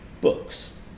books